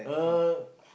uh